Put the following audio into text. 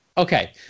Okay